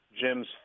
Jim's